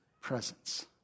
presence